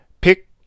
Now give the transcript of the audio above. Pick